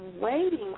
waiting